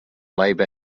labor